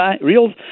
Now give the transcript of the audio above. real